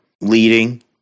leading